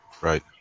Right